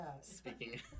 speaking